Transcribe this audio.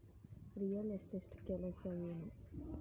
real estate ಕೆಲಸ ಏನು